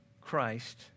Christ